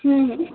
हँ